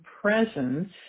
presence